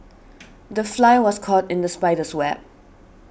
the fly was caught in the spider's web